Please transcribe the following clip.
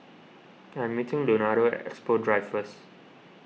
I am meeting Leonardo at Expo Drive first